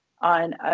on